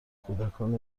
کودکان